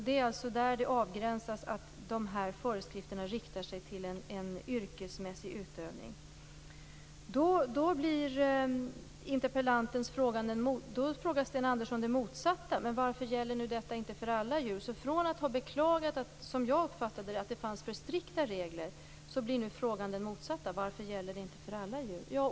Det är alltså där det avgränsas att föreskrifterna riktar sig till en yrkesmässig utövning. Då ställer Sten Andersson den motsatta frågan: Varför gäller nu detta inte för alla djur? Från att, som jag uppfattade det, ha beklagat att det fanns för strikta regler, blir nu frågan den motsatta: Varför gäller det inte för alla djur?